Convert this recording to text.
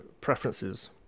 preferences